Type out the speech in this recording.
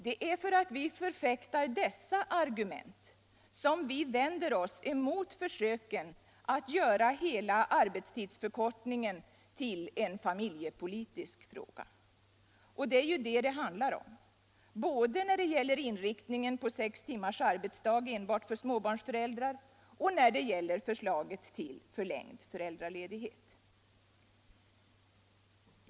Det är för att vi förfäktar dessa argument som vi vänder oss mot försöken att göra hela arbetstidsförkortningen till en familjepolitisk fråga. Detta är ju vad det handlar om, både när det gäller inriktningen på sex timmars arbetsdag enbart för småbarnsföräldrar och när det gäller förslaget till förlängd föräldraledighet.